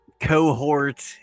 cohort